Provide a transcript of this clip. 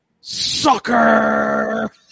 Sucker